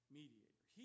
mediator